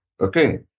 Okay